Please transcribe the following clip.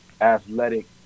athletic